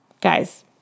guys